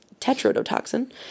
tetrodotoxin